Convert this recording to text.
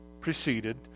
preceded